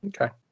Okay